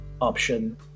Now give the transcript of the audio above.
option